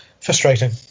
Frustrating